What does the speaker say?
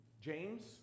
James